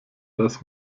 das